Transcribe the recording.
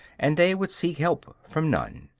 and they would seek help from none.